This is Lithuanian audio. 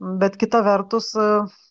bet kita vertus e